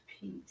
peace